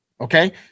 okay